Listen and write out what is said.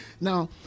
Now